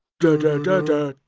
dadada